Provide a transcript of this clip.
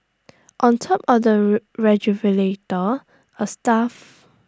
on top of the refrigerator A stuff